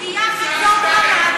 בסוגיה כזאת דרמטית את יכולה יותר מאחד.